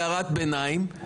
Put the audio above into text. הערת ביניים,